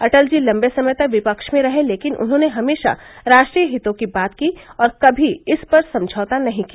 अटल जी लंबे समय तक विपक्ष में रहे लेकिन उन्होंने हमेशा राष्ट्रीय हितों की बात की और कमी इस पर समझौता नहीं किया